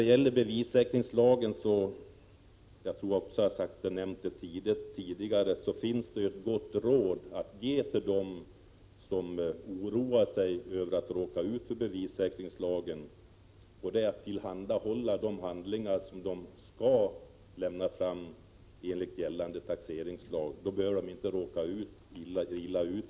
Beträffande bevissäkringslagen finns det — jag tror att jag nämnde det tidigare — ett gott råd att ge till dem som oroar sig över att råka ut för den lagen. Det är att de bör tillhandahålla de handlingar som de skall lämna fram enligt gällande taxeringslag. Då behöver de inte råka illa ut.